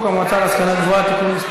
הצעת חוק המועצה להשכלה גבוהה (תיקון מס'